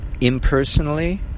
impersonally